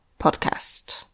podcast